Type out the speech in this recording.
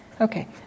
Okay